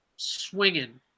swinging